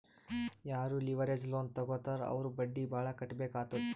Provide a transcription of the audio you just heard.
ಯಾರೂ leverage loan ತಗೋತ್ತಾರ್ ಅವ್ರು ಬಡ್ಡಿ ಭಾಳ್ ಕಟ್ಟಬೇಕ್ ಆತ್ತುದ್